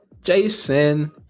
jason